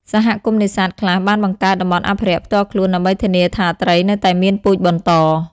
សហគមន៍នេសាទខ្លះបានបង្កើត តំបន់អភិរក្ស ផ្ទាល់ខ្លួនដើម្បីធានាថាត្រីនៅតែមានពូជបន្ត។